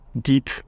deep